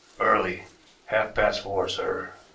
early half-past four, sir.